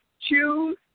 choose